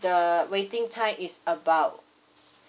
the waiting time is about